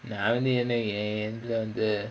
நா வந்து என்ன ஏனு வந்து:naa vanthu enna yaenu vanthu